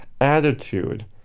attitude